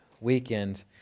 weekend